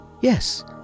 Yes